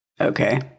Okay